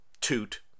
toot